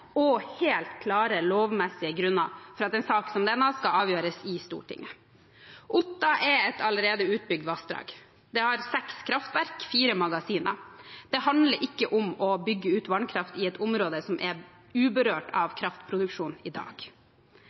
og helt klare, lovmessige grunner for at en sak som denne skal avgjøres i Stortinget. Nedre Otta er et allerede utbygd vassdrag. Det har seks kraftverk og fire magasiner. Det handler ikke om å bygge ut vannkraft i et område som er uberørt av kraftproduksjon i dag.